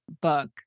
book